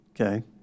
Okay